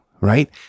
right